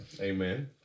amen